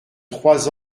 trois